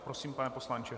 Prosím, pane poslanče.